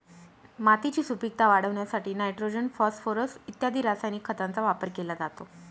मातीची सुपीकता वाढवण्यासाठी नायट्रोजन, फॉस्फोरस इत्यादी रासायनिक खतांचा वापर केला जातो